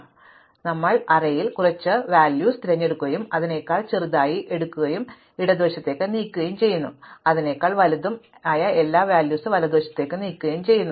അതിനാൽ ഞങ്ങൾ അറേയിൽ കുറച്ച് മൂല്യം തിരഞ്ഞെടുക്കുകയും അതിനെക്കാൾ ചെറുതായി ഞങ്ങൾ എടുക്കുകയും ഇടതുവശത്തേക്ക് നീക്കുകയും ചെയ്യുന്നു അതിനേക്കാൾ വലുത് എല്ലാം വലതുവശത്തേക്ക് നീക്കുകയും ചെയ്യുന്നു